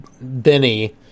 Benny